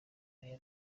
uyu